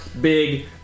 big